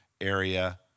area